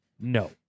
No